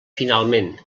finalment